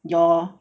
your